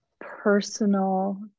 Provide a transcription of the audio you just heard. personal